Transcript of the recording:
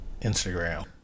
Instagram